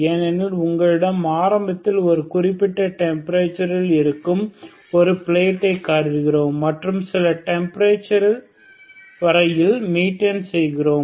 ஏனெனில் உங்களிடம் ஆரம்பத்தில் ஒரு குறிப்பிட்ட டெம்பரேச்சர் இல் இருக்கும் ஒரு பிளேட்டை கருதுகிறோம் மற்றும் சில டெம்பரேச்சர் வரையில் மெய்ன்டெய்ன் செய்கிறோம்